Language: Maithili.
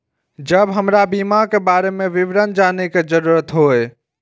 जब हमरा बीमा के बारे में विवरण जाने के जरूरत हुए?